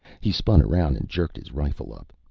he spun around and jerked his rifle up.